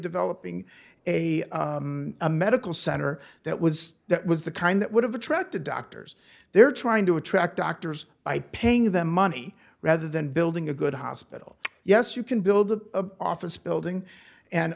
developing a a medical center that was that was the kind that would have attracted doctors there trying to attract doctors by paying them money rather than building a good hospital yes you can build a office building and